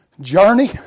journey